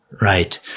Right